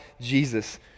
Jesus